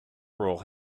role